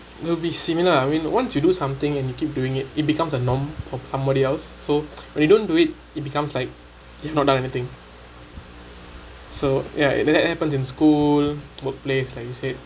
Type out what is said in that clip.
it will be similar ah I mean once you do something and you keep doing it it becomes a norm of somebody else so when you don't do it it becomes like you've not done anything so ya and then that happened in school workplace like you said